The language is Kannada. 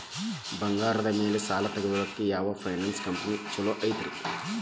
ಬಂಗಾರದ ಮ್ಯಾಲೆ ಸಾಲ ತಗೊಳಾಕ ಯಾವ್ ಫೈನಾನ್ಸ್ ಕಂಪನಿ ಛೊಲೊ ಐತ್ರಿ?